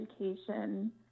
education